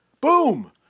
Boom